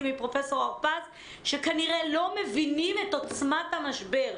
מפרופ' הרפז שכנראה לא מבינים את עוצמת המשבר.